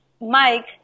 Mike